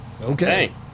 Okay